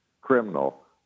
criminal